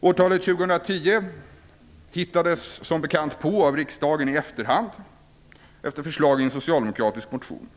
Årtalet 2010 hittades som bekant på av riksdagen i efterhand efter förslag i en socialdemokratisk motion.